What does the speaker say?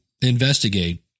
investigate